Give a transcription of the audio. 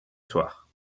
soir